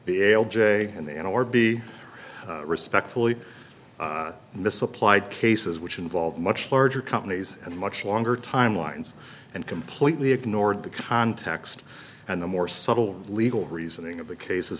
ale j and the and or b respectfully misapplied cases which involve much larger companies and much longer timelines and completely ignored the context and the more subtle legal reasoning of the cases